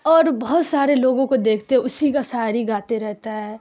اور بہت سارے لوگوں کو دیکھتے ہیں اسی کا شاعری گاتے رہتا ہے